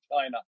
China